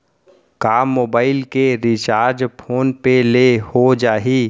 का मोबाइल के recharge phone पे ले हो जाही?